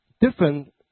different